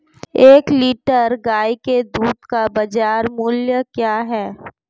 एक लीटर गाय के दूध का बाज़ार मूल्य क्या है?